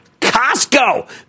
Costco